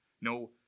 No